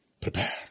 Prepare